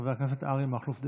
חבר הכנסת אריה מכלוף דרעי.